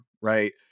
right